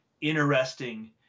interesting